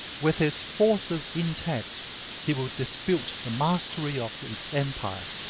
with his forces intact he will dispute the mastery of the empire,